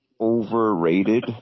overrated